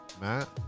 Matt